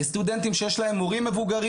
יש סטודנטים שיש להם הורים מבוגרים.